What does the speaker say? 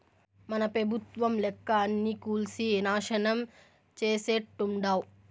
మన పెబుత్వం లెక్క అన్నీ కూల్సి నాశనం చేసేట్టుండావ్